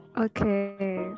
Okay